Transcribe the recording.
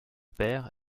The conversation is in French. père